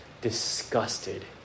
disgusted